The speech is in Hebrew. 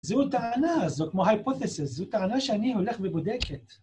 ‫זו טענה, זו כמו ה-hypothesis, ‫זו טענה שאני הולך ובודק את.